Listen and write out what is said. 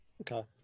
Okay